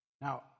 Now